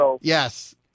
Yes